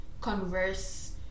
converse